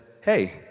hey